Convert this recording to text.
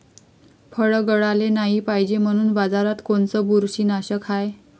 फळं गळाले नाही पायजे म्हनून बाजारात कोनचं बुरशीनाशक हाय?